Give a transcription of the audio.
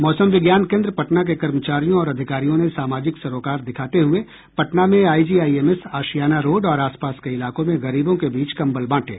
मौसम विज्ञान केन्द्र पटना के कर्मचारियों और अधिकारियों ने सामाजिक सरोकार दिखाते हुए पटना में आईजीआईएमएस आशियाना रोड और आसपास के इलाकों में गरीबों के बीच कंबल बांटे